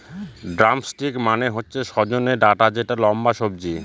drumstick মানে হচ্ছে সজনে ডাটা যেটা লম্বা সবজি